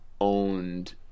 owned